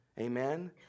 amen